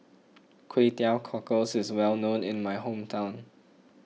Kway Teow Cockles is well known in my hometown